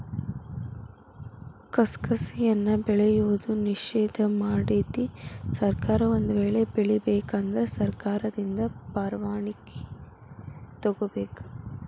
ಕಸಕಸಿಯನ್ನಾ ಬೆಳೆಯುವುದು ನಿಷೇಧ ಮಾಡೆತಿ ಸರ್ಕಾರ ಒಂದ ವೇಳೆ ಬೆಳಿಬೇಕ ಅಂದ್ರ ಸರ್ಕಾರದಿಂದ ಪರ್ವಾಣಿಕಿ ತೊಗೊಬೇಕ